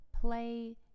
play